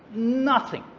nothing.